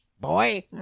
boy